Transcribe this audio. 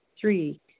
Three